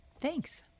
thanks